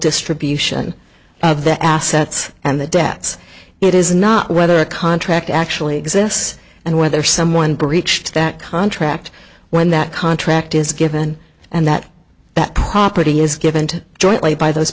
distribution of the assets and the debts it is not whether a contract actually exists and whether someone breached that contract when that contract is given and that that property is given to jointly by those